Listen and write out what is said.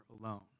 alone